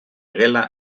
gela